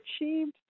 achieved